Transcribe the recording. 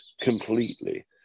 completely